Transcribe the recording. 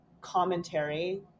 commentary